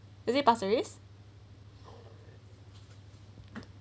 is it part series